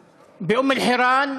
באום-אלחיראן,